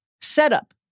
setup